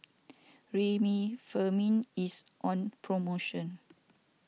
Remifemin is on promotion